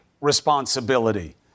responsibility